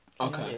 Okay